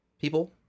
people